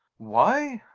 why?